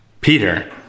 Peter